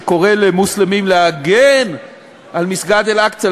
שקורא למוסלמים להגן על מסגד אל-אקצא,